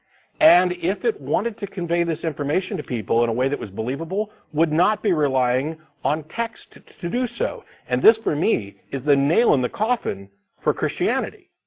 and if it wanted to convey this information to people in a way that was believable it would not be relying on text to do so. and this, for me, is the nail on the coffin for christianity.